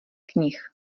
knih